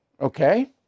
Okay